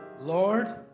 Lord